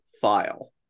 file